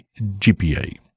GPA